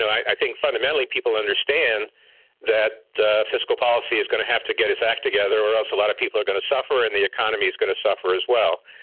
i think fundamentally people understand that fiscal policy is going to have to get its act together, or else a lot of people are going to suffer and the economy is going to suffer as well.